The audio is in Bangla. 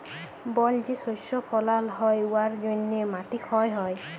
বল যে শস্য ফলাল হ্যয় উয়ার জ্যনহে মাটি ক্ষয় হ্যয়